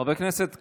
חבר הכנסת קריב,